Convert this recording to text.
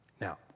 Now